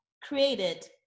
created